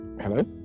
Hello